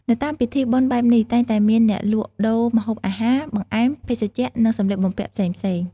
នៅតាមពិធីបុណ្យបែបនេះ តែងតែមានអ្នកលក់ដូរម្ហូបអាហារ បង្អែម ភេសជ្ជៈ និងសម្លៀកបំពាក់ផ្សេងៗ។